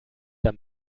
der